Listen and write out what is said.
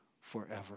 forever